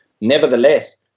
Nevertheless